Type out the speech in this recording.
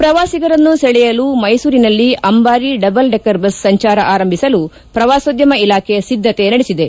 ಪ್ರವಾಸಿಗರನ್ನು ಸೆಳೆಯಲು ಮೈಸೂರಿನಲ್ಲಿ ಅಂಬಾರಿ ಡಬಲ್ ಡೆಕ್ಕರ್ ಬಸ್ ಸಂಚಾರ ಆರಂಭಿಸಲು ಪ್ರವಾಸೋದ್ಯಮ ಇಲಾಖೆ ಸಿದ್ದತೆ ನಡೆಸಿದೆ